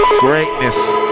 greatness